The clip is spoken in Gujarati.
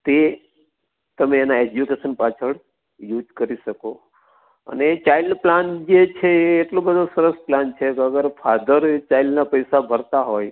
તે તમે એના એજ્યુકેશન પાછળ યુસ કરી શકો અને ચાઇલ્ડ પ્લાન જે છે એ એટલો બધો સરસ પ્લાન છે તો અગર ફાધર ચાઈલ્ડના પૈસા ભરતા હોય